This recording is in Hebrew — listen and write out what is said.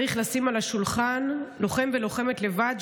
הכתב הצבאי: צריך לשים על השולחן: לוחם ולוחמת לבד,